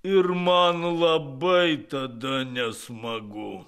ir man labai tada nesmagu